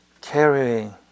carrying